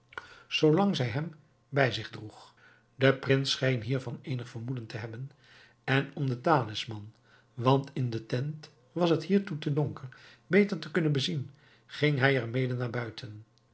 zij hem hij zich droeg de prins scheen hiervan eenig vermoeden te hebben en om den talisman want in de tent was het hiertoe te donker beter te kunnen bezien ging hij er mede naar buiten